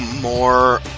more